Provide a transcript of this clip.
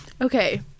Okay